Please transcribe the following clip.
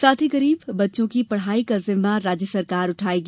साथ ही गरीब बच्चों की पढाई का जिम्मा राज्य सरकार उठायेंगी